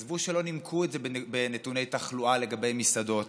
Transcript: עזבו שלא נימקו את זה בנתוני תחלואה לגבי מסעדות,